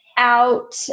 Out